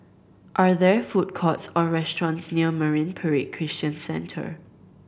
are there food courts or restaurants near Marine Parade Christian Centre